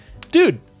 Dude